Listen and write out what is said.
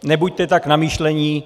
Nebuďte tak namyšlení.